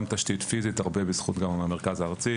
גם תשתית פיזית הרבה גם בזכות המרכז הארצי